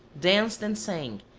danced and sang,